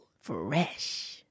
Fresh